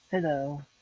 Hello